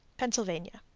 pennsylvania.